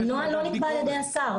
נוהל לא נקבע על ידי השר,